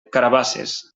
carabasses